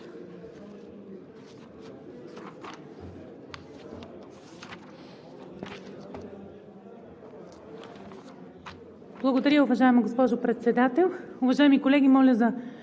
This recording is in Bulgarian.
Благодаря, уважаема госпожо Председател. Уважаеми колеги, на